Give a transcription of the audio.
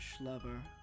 lover